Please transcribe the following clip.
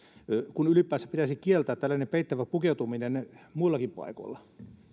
kun ylipäänsä pitäisi kieltää tällainen peittävä pukeutuminen muillakin paikoilla